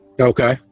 Okay